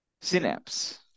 Synapse